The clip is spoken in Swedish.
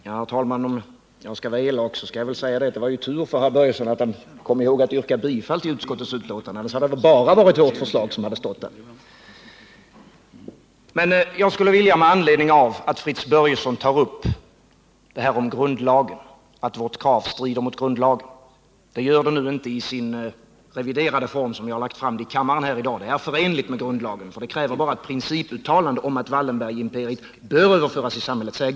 Herr talman! Om jag får vara elak kan jag väl säga att det var tur för herr Börjesson att han kom ihåg att yrka bifall till utskottets hemställan. Annars hade det bara varit vårt förslag som hade stått där. Fritz Börjesson sade att vårt krav strider mot grundlagen, men det gör det nu inte i den reviderade form i vilken det föreligger här i kammaren i dag. Förslaget är förenligt med grundlagen, eftersom det bara krävs ett principuttalande om att Wallenbergimperiet bör överföras i samhällets ägo.